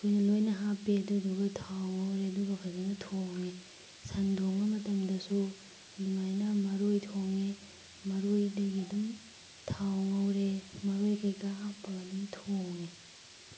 ꯑꯩꯈꯣꯏꯅ ꯂꯣꯏꯅ ꯍꯥꯞꯄꯦ ꯑꯗꯨꯗꯨꯒ ꯊꯥꯎ ꯉꯧꯔꯦ ꯑꯗꯨꯒ ꯐꯖꯅ ꯊꯣꯡꯉꯦ ꯁꯟ ꯊꯣꯡꯕ ꯃꯇꯝꯗꯁꯨ ꯑꯗꯨꯃꯥꯏꯅ ꯃꯔꯣꯏ ꯊꯣꯡꯉꯦ ꯃꯔꯣꯏꯗꯒꯤ ꯑꯗꯨꯝ ꯊꯥꯎ ꯉꯧꯔꯦ ꯃꯔꯣꯏ ꯀꯩꯀꯥ ꯍꯥꯞꯄꯒ ꯑꯗꯨꯝ ꯊꯣꯡꯉꯦ